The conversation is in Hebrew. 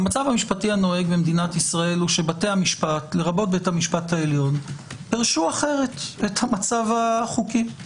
והוא שבתי המשפט לרבות בית המשפט העליון פירשו אחרת את המצב החוקי.